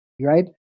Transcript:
right